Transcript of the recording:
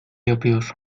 yapıyor